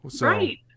Right